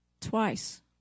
twice